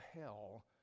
hell